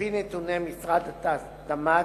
על-פי נתוני משרד התמ"ת,